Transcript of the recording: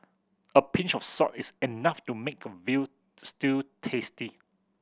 a pinch of salt is enough to make a veal stew tasty